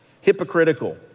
hypocritical